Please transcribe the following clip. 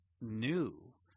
new